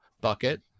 bucket